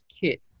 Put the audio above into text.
kit